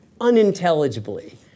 unintelligibly